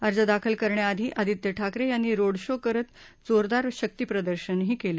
अर्ज दाखल करण्याआधी आदित्य ठाकरे यांनी रोड शो करत जोरदार शक्तप्रदर्शनही केलं